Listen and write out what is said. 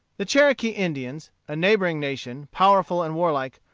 the cherokee indians, a neighboring nation, powerful and warlike,